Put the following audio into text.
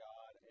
God